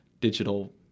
digital